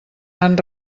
han